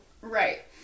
right